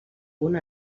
punt